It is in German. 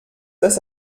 das